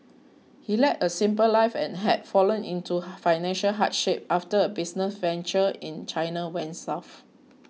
he led a simple life and had fallen into financial hardship after a business venture in China went south